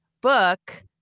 book